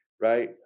right